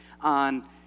on